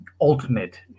ultimate